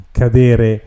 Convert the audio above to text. cadere